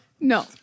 No